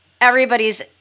Everybody's